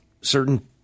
certain